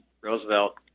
Roosevelt